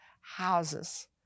houses